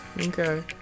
Okay